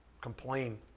complain